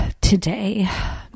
today